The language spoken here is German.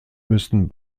müssen